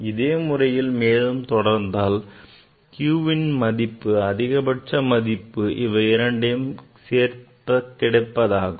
இதே வழிமுறையை மேலும் தொடர்ந்தால் qன் அதிகபட்ச மதிப்பு இவை இரண்டையும் சேர்த்து கிடைப்பதாகும்